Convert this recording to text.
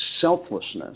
selflessness